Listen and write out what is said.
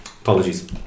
Apologies